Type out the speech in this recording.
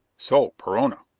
so, perona?